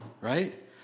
right